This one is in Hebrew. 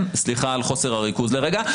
סליחה על חוסר הריכוז לרגע.